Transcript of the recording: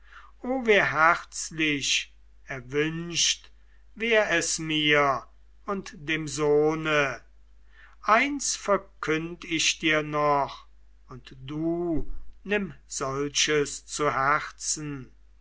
herzlich erwünscht wär es mir und dem sohne eins verkünd ich dir noch und du nimm solches zu herzen